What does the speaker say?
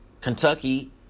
Kentucky